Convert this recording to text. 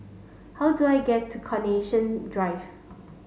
how do I get to Carnation Drive